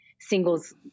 singles